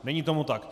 Není tomu tak.